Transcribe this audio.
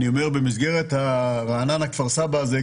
אני אומר: במסגרת ה"רעננה כפר סבא" הזה,